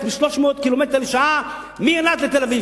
ב-300 קילומטר לשעה מאילת לתל-אביב,